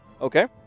Okay